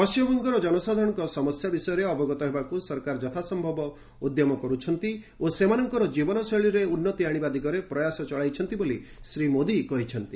ପଣ୍ଢିମବଙ୍ଗର ଜନସାଧାରଣଙ୍କ ସମସ୍ୟା ବିଷୟରେ ଅବଗତ ହେବାକୁ ସରକାର ଯଥାସମ୍ଭବ ଉଦ୍ୟମ କରୁଛନ୍ତି ଓ ସେମାନଙ୍କର ଜୀବନଶୈଳୀରେ ଉନ୍ନତି ଆଣିବା ଦିଗରେ ପ୍ରୟାସ ଚଳାଇଛନ୍ତି ବୋଲି ଶ୍ରୀ ମୋଦି କହିଛନ୍ତି